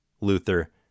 Luther